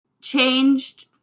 changed